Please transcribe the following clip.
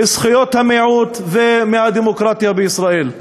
מזכויות המיעוט ומהדמוקרטיה בישראל.